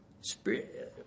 Spirit